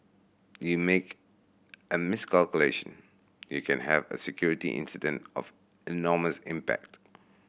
you make a miscalculation you can have a security incident of enormous impact